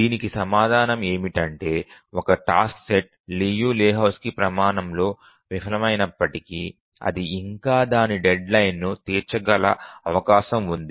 దీనికి సమాధానం ఏమిటంటే ఒక టాస్క్ సెట్ లియు లెహోజ్కీ ప్రమాణంలో విఫలమైనప్పటికీ అది ఇంకా దాని డెడ్లైన్ను తీర్చగల అవకాశం ఉంది